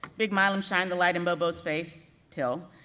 big milam shined the light in bobo's face, till.